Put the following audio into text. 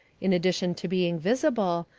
in addition to being visible,